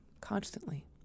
constantly